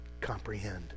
comprehend